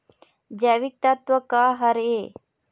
जैविकतत्व का हर ए?